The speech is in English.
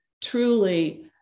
truly